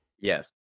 Yes